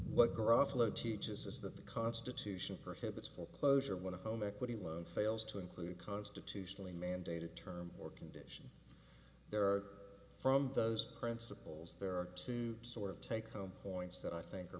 what garage fellow teaches is that the constitution prohibits foreclosure when a home equity loan fails to include a constitutionally mandated term or condition there are from those principles there are two sort of take home points that i think are